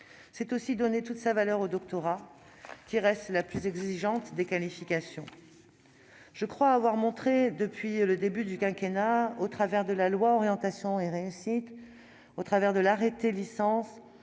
C'est aussi donner toute sa valeur au doctorat, qui reste la plus exigeante des qualifications. Je crois avoir montré, depuis le début du quinquennat, au travers de la loi relative à l'orientation et à la réussite des étudiants, au travers de l'arrêté licence